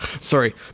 sorry